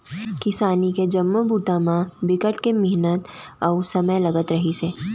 किसानी के जम्मो बूता म बिकट के मिहनत अउ समे लगत रहिस हे